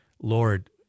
Lord